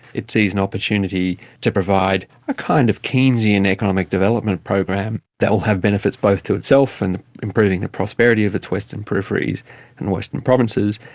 it sees an opportunity to provide a kind of keynesian economic development program that will have benefits both to itself and improving the prosperity of its western peripheries and western provinces,